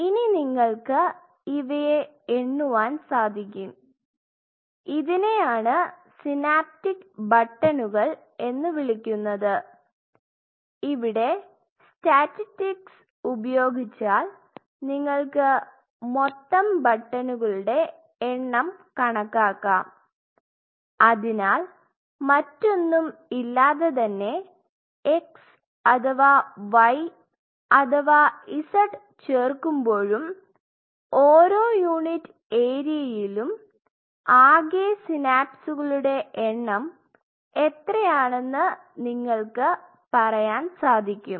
ഇനി നിങ്ങൾക്ക് ഇവയെ എണ്ണുവാൻ സാധിക്കും ഇതിനെയാണ് സിനാപ്റ്റിക് ബട്ടണുകൾ എന്ന് വിളിക്കുന്നത് ഇവിടെ സ്റ്റാറ്റിസ്റ്റിക്സ് ഉപയോഗിച്ചാൽ നിങ്ങൾക്ക് മൊത്തം ബട്ടണുകളുടെ എണ്ണം കണക്കാക്കാം അതിനാൽ മറ്റൊന്നും ഇല്ലാതെതന്നെ x അഥവാ y അഥവാ z ചേർക്കുമ്പോഴും ഓരോ യൂണിറ്റ് ഏരിയയിലും ആകെ സിനാപ്സുകളുടെ എണ്ണം എത്രയാണെന്ന് നിങ്ങൾക്ക് പറയാൻ സാധിക്കും